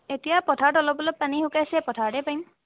এতিয়া পথাৰত অলপ অলপ পানী শুকাইছে পথাৰতে পাৰিম